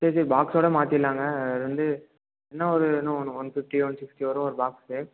சரி சரி பாக்ஸோடு மாற்றிர்லாங்க அது வந்து என்ன ஒரு என்ன ஒன்று ஒன் ஃபிஃப்டி ஒன் சிக்ட்டி வரும் ஒரு பாக்ஸு